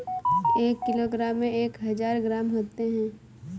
एक किलोग्राम में एक हजार ग्राम होते हैं